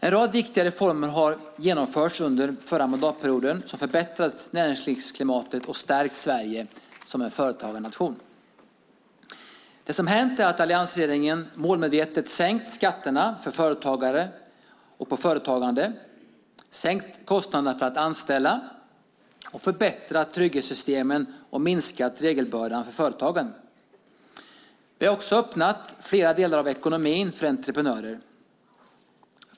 En rad viktiga reformer har genomförts under förra mandatperioden som förbättrat näringslivsklimatet och stärkt Sverige som företagarnation. Det som har hänt är att alliansregeringen målmedvetet sänkt skatterna för företagare och på företagande, sänkt kostnaderna för att anställa, förbättrat trygghetssystemen och minskat regelbördan för företagen. Vi har även öppnat fler delar av ekonomin för entreprenörer.